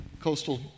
coastal